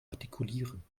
artikulieren